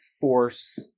force